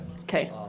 Okay